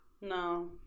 No